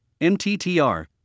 MTTR